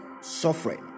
suffering